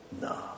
No